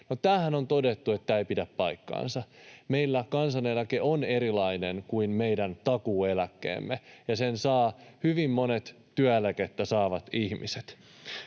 sehän on todettu, että tämä ei pidä paikkaansa. Meillä kansaneläke on erilainen kuin meidän takuueläkkeemme, ja sen saavat hyvin monet työeläkettä saavat ihmiset.